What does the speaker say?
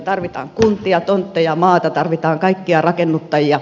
tarvitaan kuntia tontteja maata tarvitaan kaikkia rakennuttajia